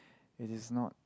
it is not